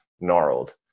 gnarled